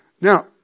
Now